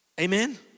amen